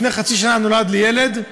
לפני חצי שנה נולד לי ילד,